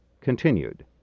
CONTINUED